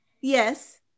Yes